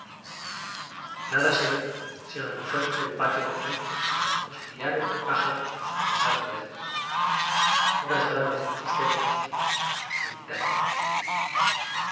nada se oye sino la fuente del patio románico y algunos piares de pájaros sobre los árboles del huerto horas graves de tristeza íntima y medi